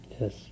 Yes